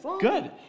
Good